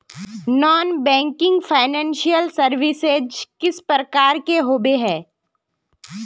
Non banking financial services किस प्रकार के होबे है?